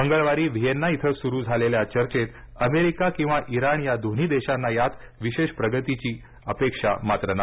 मंगळवारी व्हिएन्ना इथे सुरू झालेल्या चर्घेत अमेरिका किंवा इराण या दोन्ही देशांना यात विशेष प्रगतीची अपेक्षा नाही